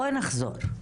בואי נחזור,